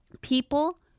people